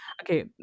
Okay